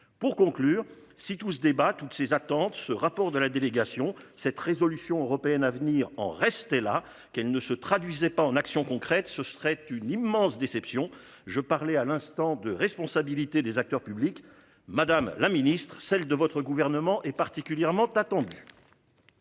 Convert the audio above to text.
Pour conclure, si tout ce débat toutes ces attentes. Ce rapport de la délégation cette résolution européenne à venir en rester là, qu'elle ne se traduisait pas en actions concrètes. Ce serait une immense déception je parlais à l'instant de responsabilité des acteurs publics Madame la Ministre celle de votre gouvernement est particulièrement attendu.